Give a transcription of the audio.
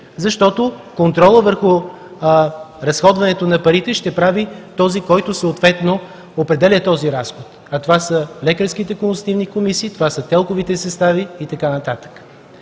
защото контролът върху разходването на парите ще прави този, който определя този разход – лекарските консултативни комисии, телковите състави и така нататък.